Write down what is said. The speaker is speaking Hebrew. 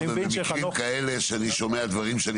מאחר ובמקרים כאלה שאני שומע דברים שאני